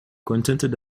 contented